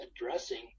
addressing